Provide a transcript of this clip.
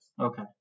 Okay